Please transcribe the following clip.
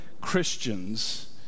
Christians